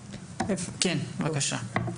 בבקשה.